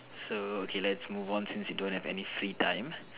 so okay let's move on since you don't have any free time